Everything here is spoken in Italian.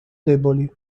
deboli